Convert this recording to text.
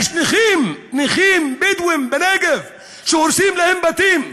יש נכים, נכים בדואים בנגב שהורסים להם בתים.